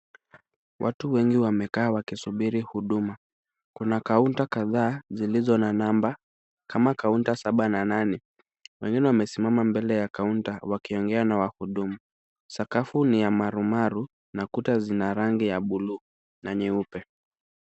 Watu wengi wamekaa wakisubiri huduma, kuna kaunta kadha zilizo na namba kama kaunta saba na nane. Wengine wamesimama mbele ya kaunta wakiongea na wahudumu. Sakafu ni ya marumaru na kuta zina rangi ya bluu na nyeupe.